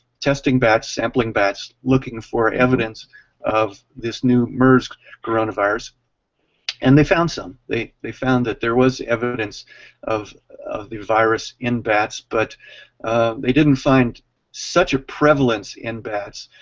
testing bats, sampling bats, looking for evidence of this new mers coronavirus and they found some. they they found that there was evidence of of the virus in bats but they didn't find such a prevalence in bats,